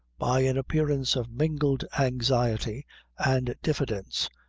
by an appearance of mingled anxiety and diffidence,